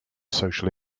social